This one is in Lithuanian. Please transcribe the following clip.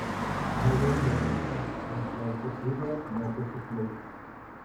mieliau nebūna našlaitė ūdra mokosi plaukti